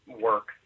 work